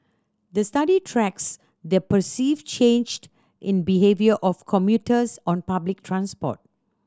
the study tracks the perceived changed in behaviour of commuters on public transport